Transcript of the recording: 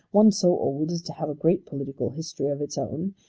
one so old as to have a great political history of its own,